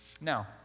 Now